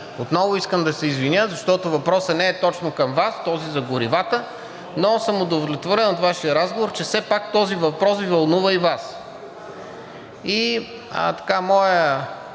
отново искам да се извиня, защото въпросът не е точно към Вас – този за горивата, но съм удовлетворен от Вашия отговор, че все пак този въпрос Ви вълнува и Вас. И моя,